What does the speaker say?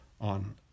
on